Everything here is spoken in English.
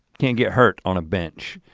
can't get hurt on a bench.